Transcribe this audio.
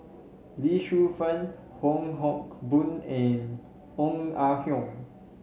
Lee Shu Fen Wong Hock Boon and Ong Ah Hoi